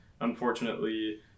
unfortunately